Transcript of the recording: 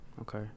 Okay